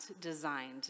designed